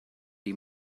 die